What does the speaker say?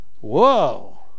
Whoa